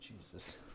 Jesus